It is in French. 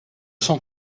son